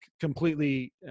completely